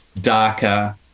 darker